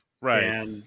Right